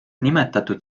nimetatud